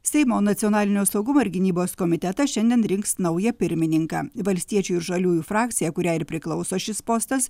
seimo nacionalinio saugumo ir gynybos komitetas šiandien rinks naują pirmininką valstiečių ir žaliųjų frakcija kuriai ir priklauso šis postas